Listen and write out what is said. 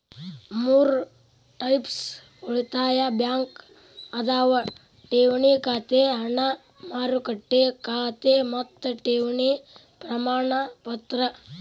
ಮೂರ್ ಟೈಪ್ಸ್ ಉಳಿತಾಯ ಬ್ಯಾಂಕ್ ಅದಾವ ಠೇವಣಿ ಖಾತೆ ಹಣ ಮಾರುಕಟ್ಟೆ ಖಾತೆ ಮತ್ತ ಠೇವಣಿ ಪ್ರಮಾಣಪತ್ರ